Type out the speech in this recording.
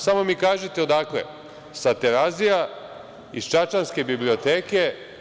Samo mi kažite odakle, sa Terazija, iz čačanske biblioteke?